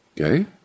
Okay